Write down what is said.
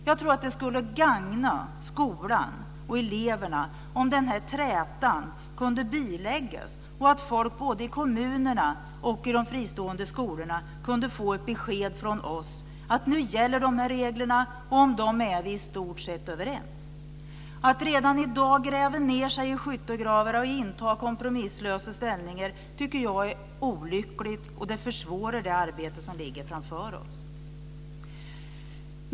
Jag tror att det skulle gagna skolan och eleverna om den här trätan kunde biläggas och att folk, både i kommunerna och i de fristående skolorna, kunde få ett besked från oss att nu gäller de här reglerna och om dem är vi i stort överens. Att redan i dag gräva ned sig i skyttegravar och inta kompromisslösa ställningar är olyckligt. Det försvårar det arbete som ligger framför oss alla.